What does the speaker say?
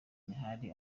ntihari